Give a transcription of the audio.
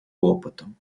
опытом